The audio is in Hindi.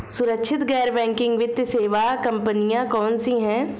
सुरक्षित गैर बैंकिंग वित्त सेवा कंपनियां कौनसी हैं?